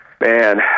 Man